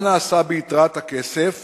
מה נעשה ביתרת הכסף